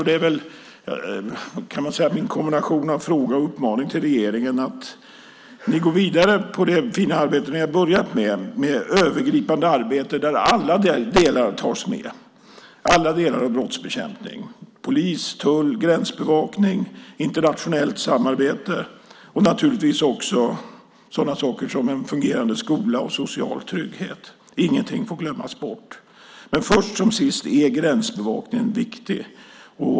Det är, kan man säga, min kombination av fråga och uppmaning till regeringen att ni går vidare med det fina arbete ni har börjat, ett övergripande arbete där alla delar tas med, alla delar av brottsbekämpning. Det handlar om polis, tull, gränsbevakning, internationellt samarbete och naturligtvis också sådana saker som en fungerande skola och social trygghet. Ingenting får glömmas bort. Men först som sist är gränsbevakningen viktig.